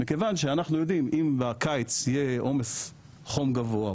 מכיוון שאנחנו יודעים שאם בקיץ יהיה עומס חום גבוה,